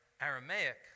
Aramaic